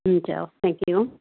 हुन्छ thank you